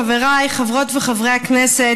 חבריי חברות וחברי הכנסת,